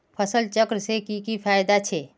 फसल चक्र से की की फायदा छे?